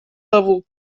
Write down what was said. level